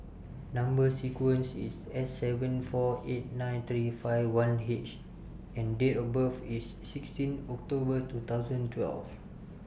Number sequence IS S seven four eight nine three five one H and Date of birth IS sixteen October two thousand twelve